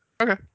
Okay